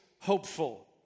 hopeful